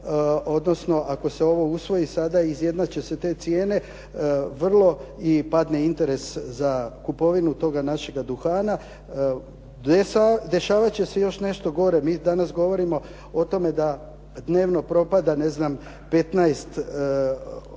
odnosno ako se ovo usvoji sada izjednače se te cijene, vrlo i padne interes za kupovinu toga našega duhana, dešavat će se još nešto gore. Mi danas govorimo o tome da dnevno propada ne znam